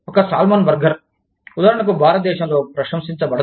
ఒక salmon burger ఉదాహరణకు భారతదేశంలో ప్రశంసించబడదు